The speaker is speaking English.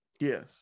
yes